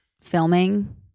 filming